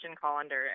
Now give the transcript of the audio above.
colander